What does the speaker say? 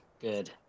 Good